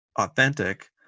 authentic